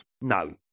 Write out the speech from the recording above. No